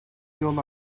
yol